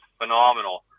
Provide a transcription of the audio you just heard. phenomenal